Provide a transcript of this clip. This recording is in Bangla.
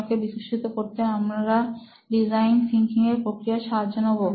পন্যকে বিকশিত করতে আমরা ডিজাইন থিংকিং প্রক্রিয়ার সাহায্য নেব